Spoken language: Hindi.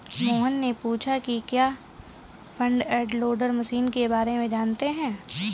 मोहन ने पूछा कि क्या आप फ्रंट एंड लोडर मशीन के बारे में जानते हैं?